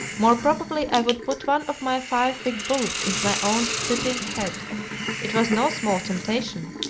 more probably i would put one of my five big bullets into my own splitting head it was no small temptation,